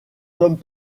hommes